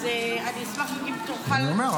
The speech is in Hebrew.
אז אני אשמח רק אם תוכל --- אני אומר,